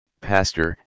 pastor